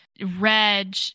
Reg